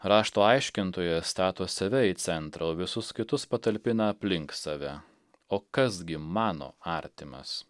rašto aiškintojas stato save į centrą o visus kitus patalpina aplink save o kas gi mano artimas